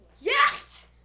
Yes